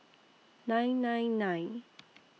nine nine nine